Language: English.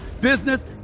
business